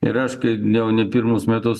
ir aš kaip jau ne pirmus metus